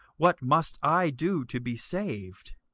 what must i do to be saved?